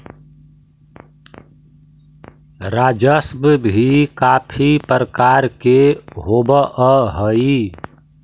राजस्व भी काफी प्रकार के होवअ हई